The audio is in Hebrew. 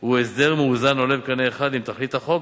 הוא הסדר מאוזן, העולה בקנה אחד עם תכלית החוק.